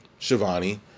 Shivani